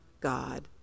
God